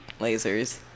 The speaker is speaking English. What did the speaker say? lasers